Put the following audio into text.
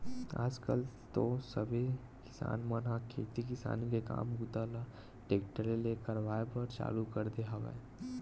आज कल तो सबे किसान मन ह खेती किसानी के काम बूता ल टेक्टरे ले करवाए बर चालू कर दे हवय